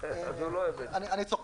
אני צוחק.